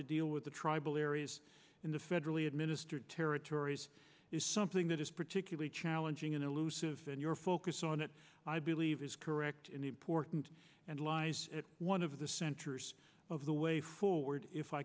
to deal with the tribal areas in the federally administered territories is something that is particularly challenging an elusive and your focus on it i believe is correct and important and lies one of the centers of the way forward if i